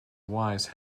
wise